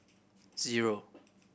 zero